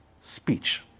speech